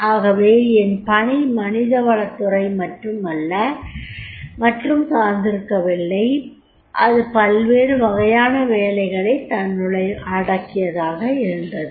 ஆகவே என் பணி மனித வளத்துறை மட்டும் சார்ந்திருக்கவில்லை அது பல்வேறு வகையான வேலைகளைத் தன்னுள்ளடக்கியதாக இருந்தது